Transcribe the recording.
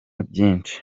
byinshi